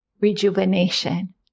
rejuvenation